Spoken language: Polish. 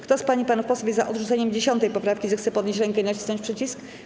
Kto z pań i panów posłów jest za odrzuceniem 10. poprawki, zechce podnieść rękę i nacisnąć przycisk.